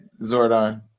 Zordon